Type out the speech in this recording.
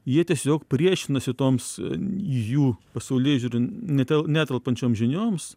jie tiesiog priešinasi toms jų pasaulėžiūrų netel netelpančiom žinioms